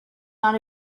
not